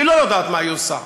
שהיא לא יודעת מה היא עושה.